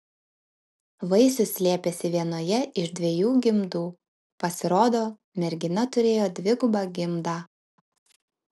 vaisius slėpėsi vienoje iš dviejų gimdų pasirodo mergina turėjo dvigubą gimdą